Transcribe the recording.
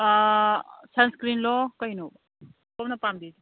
ꯁꯟ ꯏꯁꯀ꯭ꯔꯤꯟꯂꯣ ꯀꯩꯅꯣ ꯁꯤꯝꯅ ꯄꯥꯝꯕꯤ